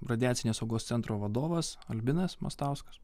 radiacinės saugos centro vadovas albinas mastauskas